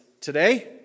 today